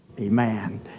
Amen